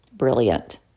brilliant